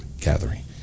gathering